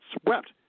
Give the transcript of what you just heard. swept